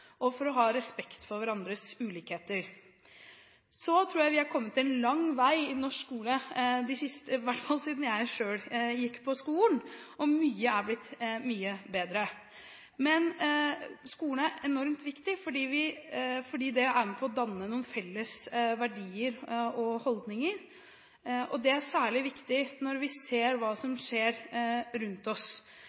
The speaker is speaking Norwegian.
og for å ha respekt for hverandres ulikheter. Så tror jeg vi er kommet en lang vei i norsk skole – i hvert fall siden jeg selv gikk på skolen – og mye er blitt mye bedre. Skolen er enormt viktig fordi den er med på å danne noen felles verdier og holdninger. Det er særlig viktig når vi ser hva som skjer rundt oss.